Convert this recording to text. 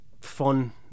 fun